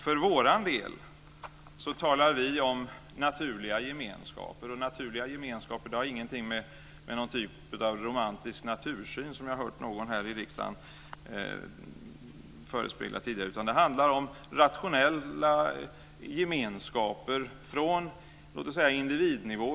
För vår del talar vi om naturliga gemenskaper, och naturliga gemenskaper har ingenting med någon typ av romantisk natursyn att göra, som jag hört någon här i riksdagen förespegla tidigare, utan det handlar om rationella gemenskaper från individnivå.